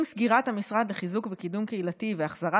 עם סגירת המשרד לחיזוק וקידום קהילתי והחזרת